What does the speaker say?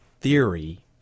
theory